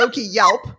yelp